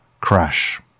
crash